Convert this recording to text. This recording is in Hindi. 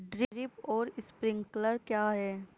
ड्रिप और स्प्रिंकलर क्या हैं?